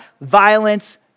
violence